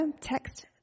Text